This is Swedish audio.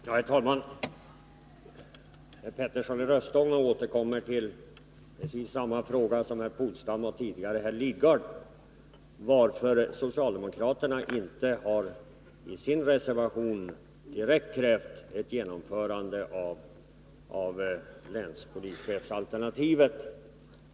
Herr talman! Herr Petersson i Röstånga återkommer till precis samma fråga som herr Polstam och tidigare herr Lidgard har ställt, nämligen varför socialdemokraterna i sin reservation inte direkt har krävt ett genomförande av länspolischefsalternativet.